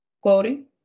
Quoting